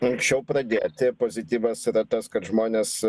anksčiau pradėti pozityvas yra tas kad žmonės